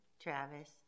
Travis